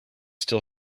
still